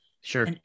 sure